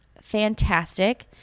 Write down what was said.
fantastic